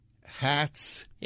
hats